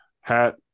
hat